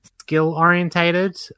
skill-orientated